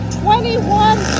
twenty-one